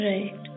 Right